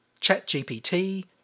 ChatGPT